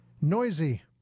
noisy